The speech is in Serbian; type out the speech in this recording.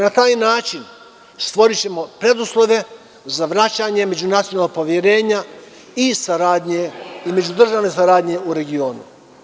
Na taj način, stvorićemo preduslove za vraćanje međunacionalnog poverenja i međudržavne saradnje u regionu.